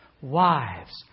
wives